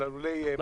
של הלולי מעוף,